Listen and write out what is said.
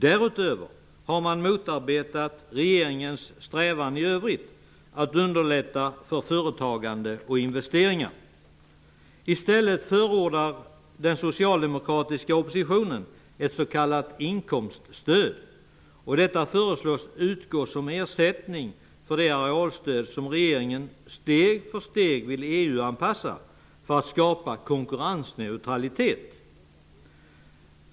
Därutöver har de motarbetat regeringens strävan i övrigt att underlätta för företagande och investeringar. I stället förordar den socialdemokratiska oppositionen ett s.k. inkomststöd. Detta föreslås utgå som ersättning för det arealstöd som regeringen steg för steg vill EU-anpassa för att skapa konkurrensneutralitet.